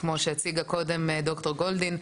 כמו שהציגה קודם ד״ר גולדין,